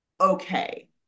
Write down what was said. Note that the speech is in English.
okay